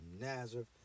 Nazareth